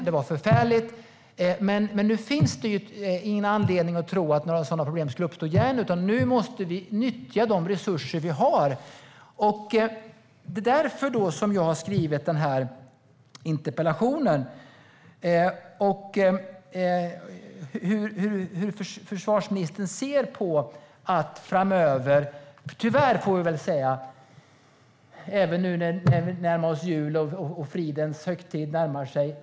De var förfärliga, men nu finns det ingen anledning att tro att sådana problem skulle uppstå igen. Nu måste de resurser som finns nyttjas. Det är därför jag har skrivit interpellationen. Hur ser försvarsministern på denna fråga framöver? Vi närmar oss jul, och fridens högtid närmar sig.